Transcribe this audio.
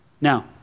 Now